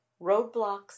roadblocks